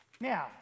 Now